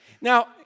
Now